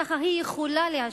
ככה היא יכולה להשפיע,